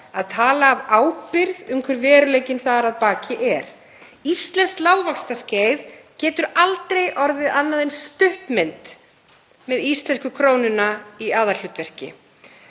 að tala af ábyrgð um hver veruleikinn þar að baki er. Íslenskt lágvaxtaskeið getur aldrei orðið annað en stuttmynd með íslensku krónuna í aðalhlutverki.